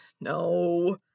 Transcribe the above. No